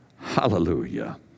Hallelujah